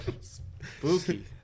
Spooky